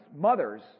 mothers